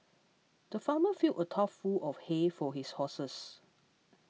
the farmer filled a tough full of hay for his horses